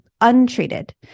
untreated